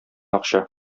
акча